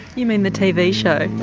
you mean the tv show?